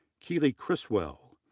keely criswell,